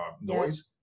noise